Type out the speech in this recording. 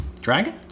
Dragon